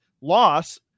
loss